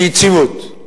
של יציבות.